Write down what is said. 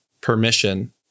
permission